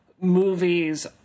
movies